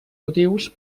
motius